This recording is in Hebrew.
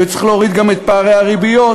וצריך להוריד את פערי הריביות.